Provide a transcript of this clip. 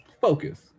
focus